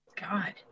God